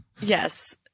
Yes